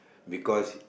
because